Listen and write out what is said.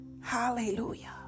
hallelujah